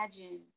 imagine